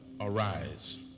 arise